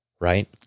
Right